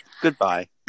Goodbye